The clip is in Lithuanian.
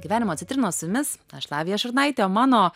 gyvenimo citrinos su jumis aš lavija šurnaitė o mano